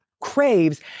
Craves